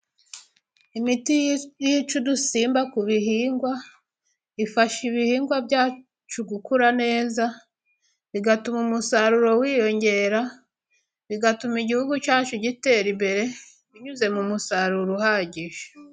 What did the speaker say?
Imiti yica udusimba ku bihingwa, ifasha ibihingwa byacu gukura neza, igatuma umusaruro wiyongera , bigatuma igihugu cyacu gitera imbere binyuze mu musaruro uhagije.